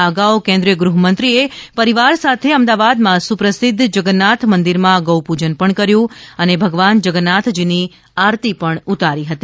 આ અગાઉ કેન્રિગૃથ ગૃહમંત્રીએ પરિવાર સાથે અમદાવાદમાં સુપ્રસિધ્ધ જગન્નાથ મંદિરમાં ગૌપૂજન કર્યું હતું અને ભગવાન જગન્નાથની આરતી પણ ઉતારી હતી